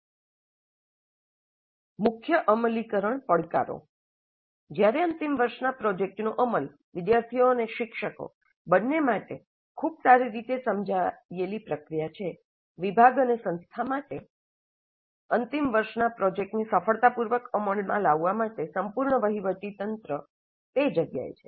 મુખ્ય અમલીકરણ પડકારો જ્યારે અંતિમ વર્ષના પ્રોજેક્ટનો અમલ વિદ્યાર્થીઓ અને શિક્ષકો બંને માટે ખૂબ સારી રીતે સમજાયેલી પ્રક્રિયા છે વિભાગ અને સંસ્થા માટે અંતિમ વર્ષના પ્રોજેક્ટને સફળતાપૂર્વક અમલમાં લાવવા માટે સંપૂર્ણ વહીવટી તંત્ર મોટાભાગનો સમય તે જગ્યાએ છે